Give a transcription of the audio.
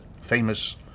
famous